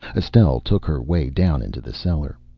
estelle took her way down into the cellar.